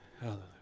Hallelujah